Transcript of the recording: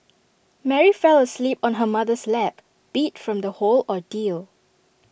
Mary fell asleep on her mother's lap beat from the whole ordeal